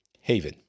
Haven